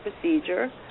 procedure